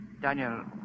Daniel